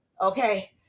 okay